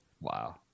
Wow